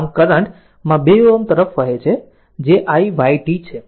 આમ તે કરંટ માં 2 Ωઅવરોધ તરફ વહે છે જે iy t છે